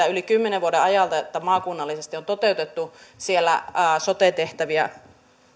yli kymmenen vuoden ajalta että maakunnallisesti on toteutettu siellä sote tehtäviä